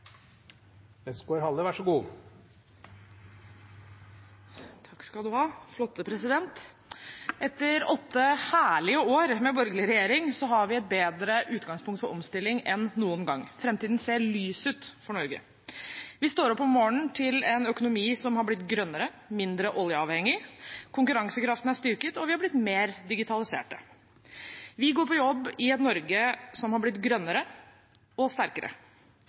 omstilling enn noen gang. Framtiden ser lys ut for Norge. Vi står opp om morgenen til en økonomi som har blitt grønnere og mindre oljeavhengig, konkurransekraften er styrket, og vi har blitt mer digitaliserte. Vi går på jobb i et Norge som har blitt grønnere og sterkere.